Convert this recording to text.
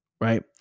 right